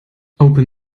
open